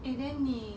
eh then 你